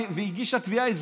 והגישה תביעה אזרחית.